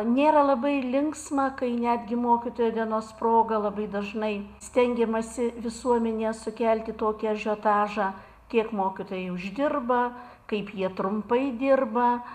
nėra labai linksma kai netgi mokytojo dienos proga labai dažnai stengiamasi visuomenėje sukelti tokį ažiotažą kiek mokytojai uždirba kaip jie trumpai dirba